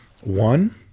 One